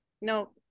No